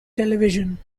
television